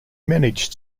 managed